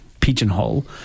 pigeonhole